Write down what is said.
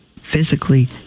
physically